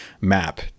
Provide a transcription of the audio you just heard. map